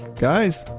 guys?